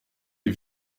des